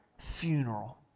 funeral